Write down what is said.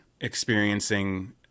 experiencing